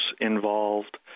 involved